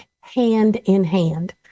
hand-in-hand